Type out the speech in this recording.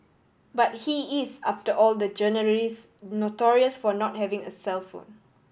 but he is after all the journalist notorious for not having a cellphone